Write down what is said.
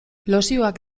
lozioak